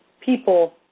people